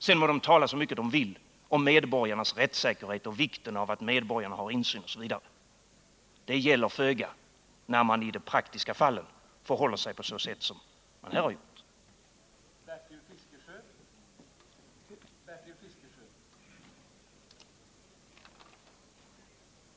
Sedan må man tala så mycket man vill om medborgarnas rättssäkerhet, vikten av att medborgarna har insyn osv. Det gäller föga — när man i de praktiska fallen förhåller sig på sådant sätt som här.